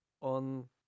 on